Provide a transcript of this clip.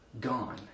gone